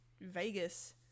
Vegas